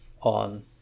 on